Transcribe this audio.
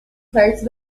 perto